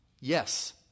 Yes